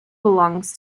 belongs